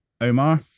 Omar